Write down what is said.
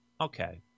Okay